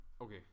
Okay